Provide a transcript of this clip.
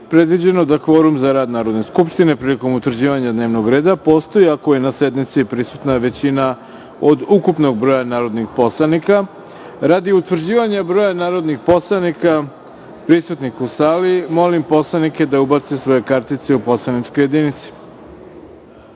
predviđeno da kvorum za rad Narodne skupštine prilikom utvrđivanja dnevnog reda postoji ako je na sednici prisutna većina od ukupnog broja narodnih poslanika. Radi utvrđivanja broja narodnih poslanika prisutnih u sali, molim poslanike da ubace svoje kartice u poslaničke